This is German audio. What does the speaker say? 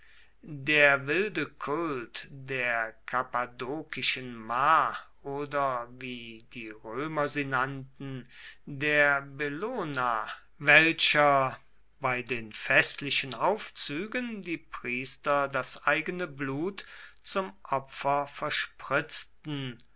der wilde kult der kappadokischen ma oder wie die römer sie nannten der bellona welcher bei den festlichen aufzügen die priester das eigene blut zum opfer verspritzten